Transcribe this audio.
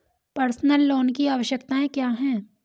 Personal loan की आवश्यकताएं क्या हैं?